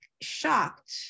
shocked